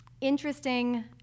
interesting